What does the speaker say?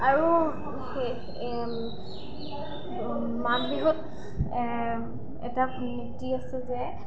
আৰু সেই মাঘ বিহুত এটা নীতি আছে যে